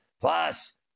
Plus